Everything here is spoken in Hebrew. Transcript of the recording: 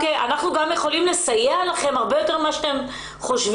אנחנו גם יכולים לסייע לכם הרבה יותר ממה שאתם חושבים,